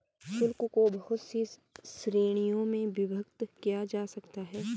शुल्क को बहुत सी श्रीणियों में विभक्त किया जा सकता है